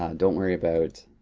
ah don't worry about